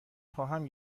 خواهم